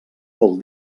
vol